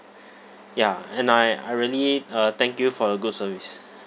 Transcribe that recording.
ya and I I really uh thank you for your good service